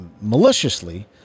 maliciously